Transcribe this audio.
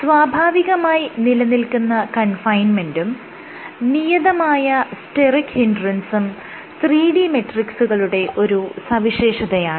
സ്വാഭാവികമായി നിലനിൽക്കുന്ന കൺഫൈൻമെന്റും നിയതമായ സ്റ്റെറിക് ഹിൻഡ്രൻസും 3D മെട്രിക്സുകളുടെ ഒരു സവിശേഷതയാണ്